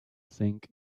think